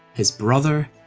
his brother,